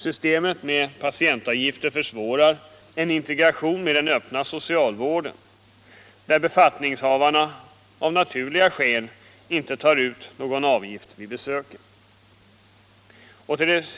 Systemet med patientavgifter försvårar en integration med den öppna socialvården, där befattningshavarna av naturliga skäl inte tar ut någon avgift vid besöken.